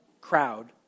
crowd